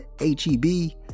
H-E-B